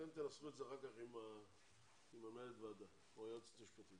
אתם תנסחו את זה אחר כך עם מנהלת הוועדה או היועצת המשפטית.